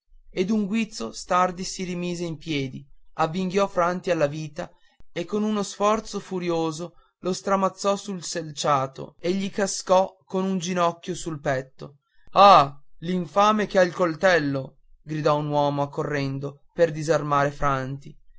e d'un guizzo stardi si rimise in piedi avvinghiò franti alla vita e con uno sforzo furioso lo stramazzò sul selciato e gli cascò con un ginocchio sul petto ah l'infame che ha il coltello gridò un uomo accorrendo per disarmare franti